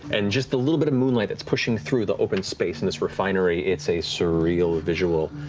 and just the little bit of moonlight that's pushing through the open space in this refinery, it's a surreal visual,